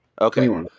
Okay